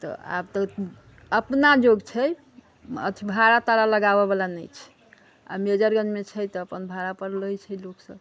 तऽ आब तऽ अपना जोग छै अथि भाड़ा ताड़ा लगाबै बला नहि छै आ मेजरगन्जमे छै तऽ अपन भाड़ा पर लै छै लोक सभ